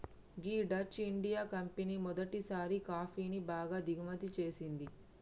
గీ Dutch India company మొదటిసారి కాఫీని బాగా దిగుమతి చేసింది